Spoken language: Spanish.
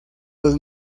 los